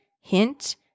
Hint